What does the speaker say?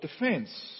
defense